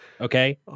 Okay